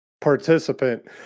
participant